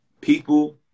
people